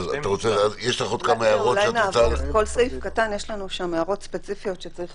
בכל סעיף קטן יש לנו הערות ספציפיות שצריך